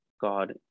God